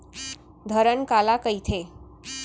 धरण काला कहिथे?